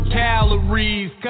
calories